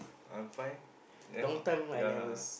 I find then how yea